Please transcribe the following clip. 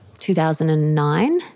2009